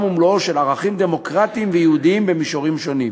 ומלואו של ערכים דמוקרטיים ויהודיים במישורים שונים: